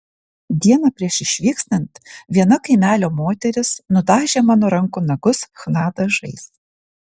dieną prieš išvykstant viena kaimelio moteris nudažė mano rankų nagus chna dažais